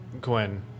Gwen